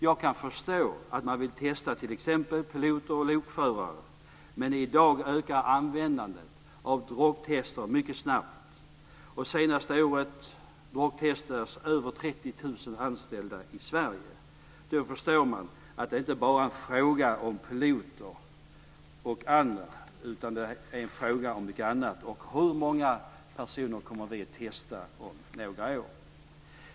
Jag kan förstå att man vill testa t.ex. piloter och lokförare. Men i dag ökar användandet av drogtester mycket snabbt. Det senaste året drogtestades över 30 000 anställda i Sverige. Då förstår man att det inte bara är fråga om piloter utan om många andra. Hur många personer kommer vi att testa om några år?